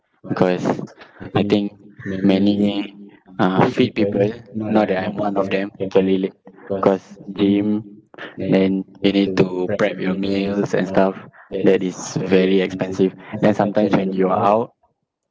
because I think many uh fit people now that I'm one of them if can relate cause gym then you need to prep your meals and stuff that is very expensive then sometimes when you are out